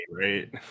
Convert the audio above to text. right